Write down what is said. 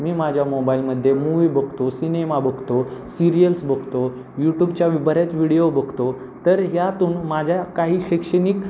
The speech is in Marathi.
मी माझ्या मोबाईलमध्ये मूवी बघतो सिनेमा बघतो सिरियल्स बघतो यूटूबच्या बऱ्याच व्हिडिओ बघतो तर ह्यातून माझ्या काही शैक्षणिक